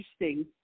interesting